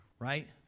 Right